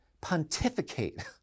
pontificate